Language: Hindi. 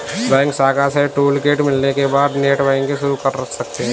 बैंक शाखा से टूलकिट मिलने के बाद नेटबैंकिंग शुरू कर सकते है